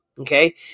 Okay